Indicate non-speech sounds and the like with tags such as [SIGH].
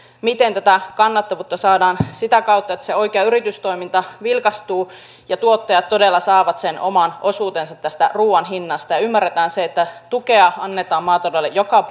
miten kannattavuutta saadaan sitä kautta että se oikea yritystoiminta vilkastuu ja tuottajat todella saavat sen oman osuutensa tästä ruuan hinnasta ja ymmärretään se että tukea annetaan maataloudelle joka [UNINTELLIGIBLE]